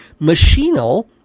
Machinal